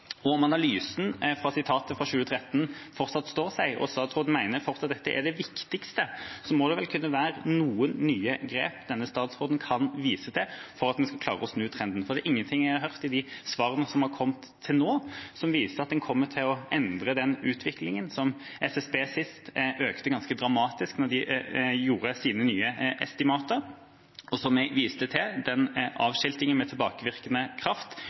analysen av sitatet fra 2013 fortsatt står seg, og statsråden fortsatt mener at dette er det viktigste, må det vel kunne være noen nye grep denne statsråden kan vise til for at en skal klare å snu trenden. Det er ingenting jeg har hørt i de svarene som har kommet til nå, som viser at en kommer til å endre den utviklingen som ifølge SSB sist økte ganske dramatisk da de gjorde sine nye estimater. Og som jeg viste til: Den avskiltingen med tilbakevirkende kraft